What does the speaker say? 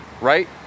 right